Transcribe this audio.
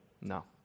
No